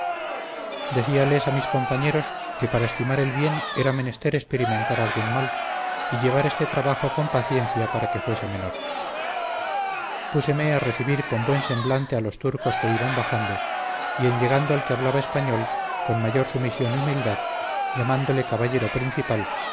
decíales a mis compañeros que para estimar el bien era menester experimentar algún mal y llevar este trabajo con paciencia para que fuese menor púseme a recibir con buen semblante a los turcos que iban bajando y en llegando al que hablaba español con mayor sumisión y humildad llamándole caballero principal